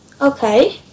Okay